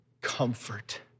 comfort